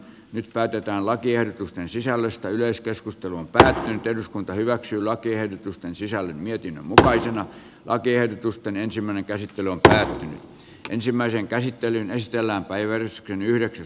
nyt päätetään lakiehdotusten sisällöstä yleiskeskustelun tähän eduskunta hyväksyy lakiehdotusten sisällön myytin taiteena lakiehdotusten ensimmäinen käsittelyltä ensimmäisen käsittelyn esitellään päivän yhdeksäs